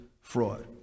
fraud